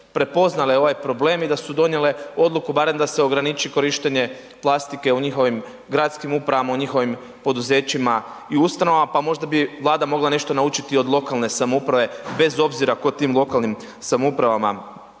prepoznale ovaj problem i da su donijele odluku barem da se ograniči korištenje plastike u njihovim gradskim upravama, u njihovim poduzećima i ustanovama pa možda bi Vlada mogla nešto naučiti od lokalne samouprave bez obzira ko tim lokalnim samoupravama